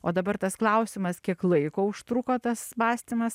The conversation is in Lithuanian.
o dabar tas klausimas kiek laiko užtruko tas mąstymas